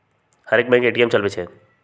हरेक bank ATM चलबइ छइ